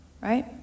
Right